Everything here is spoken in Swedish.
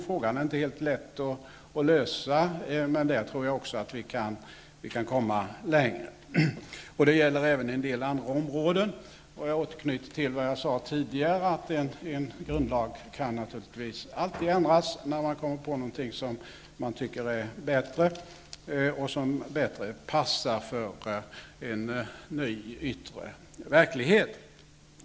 Frågan är inte helt lätt att lösa. Jag tror att vi kan komma längre där. Det gäller även en del andra områden. Jag kan här återknyta till vad jag sade tidigare: En grundlag kan naturligtvis alltid ändras när man kommer på någonting som man tycker är bättre och som passar bättre för en ny yttre verklighet.